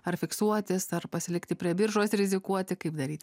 ar fiksuotis ar pasilikti prie biržos rizikuoti kaip daryti